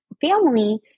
family